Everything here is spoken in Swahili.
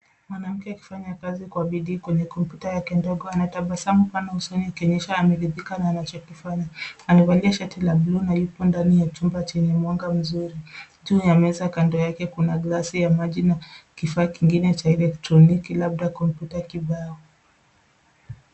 Mwanamke akifanya kazi kwa bidii kwenye kompyuta yake ndogo anatabasamu pana usoni, akionyesha ameridhika na anachokifanya. Amevalia shati la blue na yupo ndani ya chumba chenye mwanga mzuri. Juu ya meza kando yake kuna glasi ya maji na kifaa kingine cha elektroniki labda kompyuta kibao.